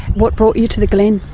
what brought you to the glen?